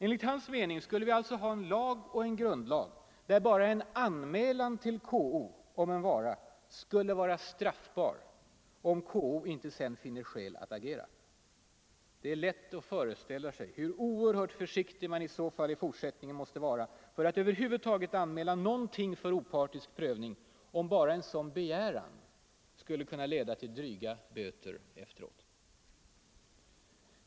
Enligt hans mening skulle vi alltså ha en lag och en grundlag där bara en anmälan till KO om en vara skulle vara straffbar, om KO inte sedan finner skäl att agera. Det är lätt att föreställa sig hur oerhört försiktig man i så fall i fortsättningen måste vara för att över huvud taget anmäla någonting för opartisk prövning om bara en sådan begäran skulle kunna leda till dryga böter efteråt.